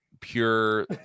pure